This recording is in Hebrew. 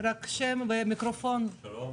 שלום,